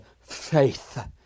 faith